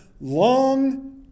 long